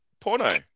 Porno